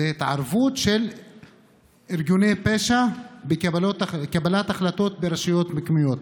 זו התערבות של ארגוני פשע בקבלת החלטות ברשויות המקומיות,